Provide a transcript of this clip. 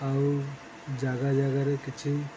ଆଉ ଜାଗା ଜାଗାରେ କିଛି